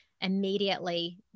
immediately